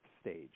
stage